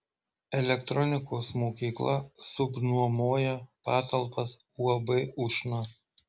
elektronikos mokykla subnuomoja patalpas uab ušna